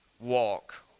walk